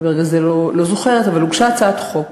אני ברגע זה לא זוכרת, אבל הוגשה הצעת חוק